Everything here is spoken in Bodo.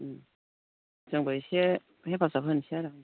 जोंबो एसे हेफाजाब होनोसै आरो